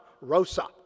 Rosa